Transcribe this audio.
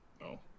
No